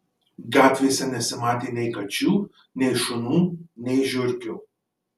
gatvėse nesimatė nei kačių nei šunų nei žiurkių